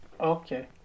Okay